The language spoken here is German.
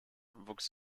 wuchs